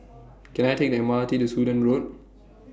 Can I Take The M R T to Sudan Road